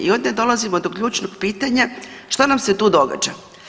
I onda dolazimo do ključnog pitanja što nam se tu događa?